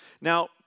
Now